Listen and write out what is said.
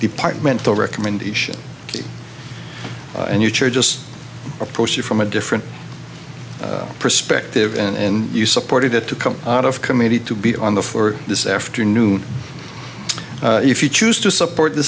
departmental recommendations and you church just approach it from a different perspective and you supported it to come out of committee to be on the floor this afternoon if you choose to support th